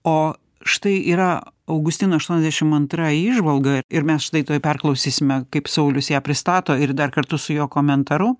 o štai yra augustino aštuoniasdešimt antra įžvalga ir mes štai tuoj perklausysime kaip saulius ją pristato ir dar kartu su jo komentaru